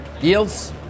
yields